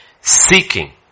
seeking